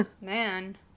man